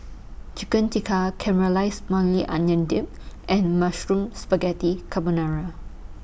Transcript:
Chicken Tikka Caramelized Maui Onion Dip and Mushroom Spaghetti Carbonara